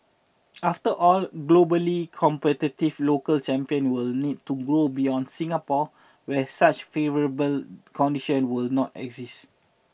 after all globally competitive local champions will need to grow beyond Singapore where such favourable condition will not exist